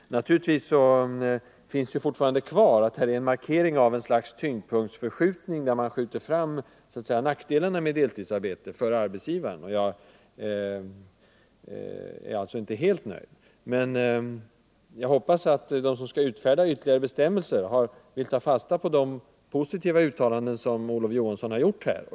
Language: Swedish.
Men naturligtvis finns det fortfarande kvar en markering av något slags Nr 102 tyngdpunktsförskjutning, där man håller fram nackdelarna, för arbetsgivar Torsdagen den na, med deltidsarbete. Jag är alltså inte helt nöjd. Men jag hoppas att de som 13 mars 1980 skall utfärda ytterligare bestänimelser vill ta fasta på de positiva uttalanden som Olof Johansson har gjort här.